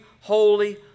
holy